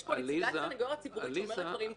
יש פה נציגת סנגוריה ציבורית שאומרת דברים כאלה,